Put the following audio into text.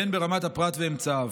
והן ברמת הפרט ואמצעיו.